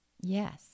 Yes